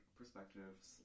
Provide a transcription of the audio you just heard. perspectives